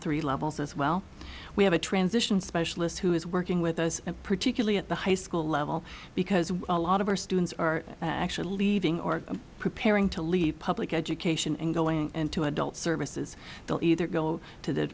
three levels as well we have a transition specialist who is working with us and particularly at the high school level because a lot of our are actually leaving or preparing to leave public education and going into adult services they'll either go to the